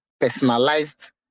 personalized